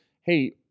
Hey